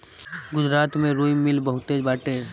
गुजरात में रुई मिल बहुते बाटे